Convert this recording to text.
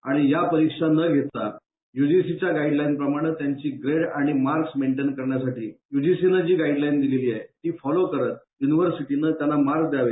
आणि या परीक्षा न घेता यूजीसीच्या गाईडलाईन प्रमाणाने त्यांची ग्रेड आणि मार्क्स मेण्टेन करण्यासाठी यूजीसी जी गाईडलाईन दिलेली आहे ती फॉलो करत यूनिव्हर्सिटी त्यांना मार्क द्यावे